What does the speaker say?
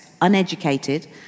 uneducated